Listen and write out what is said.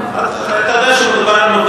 חבר הכנסת פלסנר.